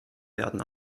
werden